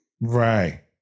Right